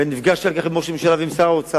ואני נפגש אחר כך עם ראש הממשלה ועם שר האוצר,